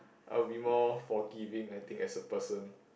I would be more forgiving I think as a person